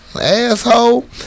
Asshole